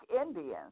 Indians